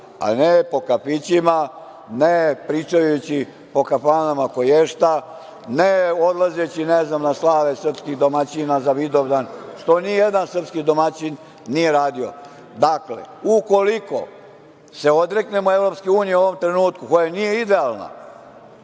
a ne po kafićima, ne pričajući po kafanama koješta, ne odlazeći na slave srpskih domaćina za Vidovdan, što ni jedan srpski domaćin nije radio. Dakle, ukoliko se odreknemo EU u ovom trenutku koja nije idealna,